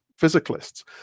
physicalists